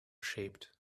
shaped